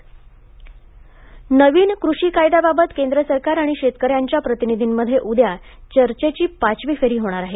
शेतकरी चर्चा नवीन कृषी कायद्याबाबत केंद्र सरकार आणि शेतकऱ्यांच्या प्रतिनिधींमध्ये उद्या चर्चेची पाचवी फेरी होणार आहे